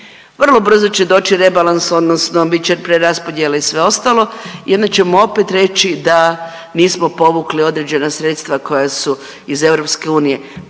Vrlo brzo će doći rebalans odnosno bit će preraspodijele i sve ostalo i onda ćemo opet reći da nismo povukli određena sredstva koja su iz EU.